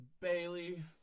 Bailey